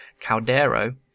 Caldero